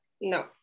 No